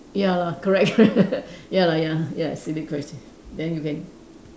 ya lah correct ya lah ya ya silly question then you can